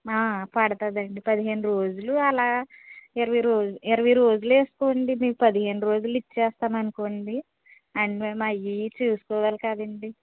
పడుతుంది అండి పదిహేను రోజులు అలా ఇరవై ఇరవై రోజులు వేసుకోండి మీకు పదిహేను రోజుల్లో ఇచేస్తామని అనుకోండి మేము అవి ఇవి చూసుకోవాలి కదండి